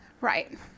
Right